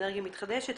אנרגיה מתחדשת,